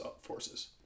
forces